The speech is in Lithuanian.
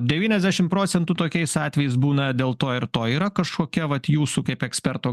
devyniasdešimt procentų tokiais atvejais būna dėl to ir to yra kažkokia vat jūsų kaip eksperto